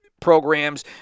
programs